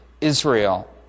Israel